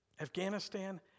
Afghanistan